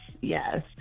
Yes